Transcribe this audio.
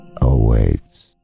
Awaits